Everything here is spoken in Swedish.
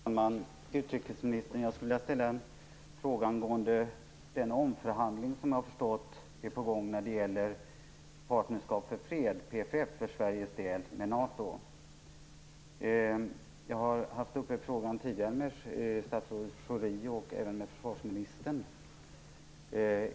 Herr talman! Jag skulle, utrikesministern, vilja ställa en fråga angående den omförhandling med NATO som jag har förstått är på gång för Sveriges del när det gäller Partnerskap för fred, PFF. Jag har haft uppe frågan tidigare med statsrådet Schori och även med försvarsministern.